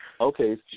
Okay